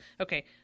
Okay